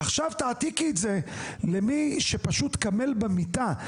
עכשיו תעתיקי את זה למי שפשוט קמל במיטה,